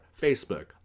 Facebook